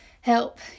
help